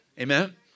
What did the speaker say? amen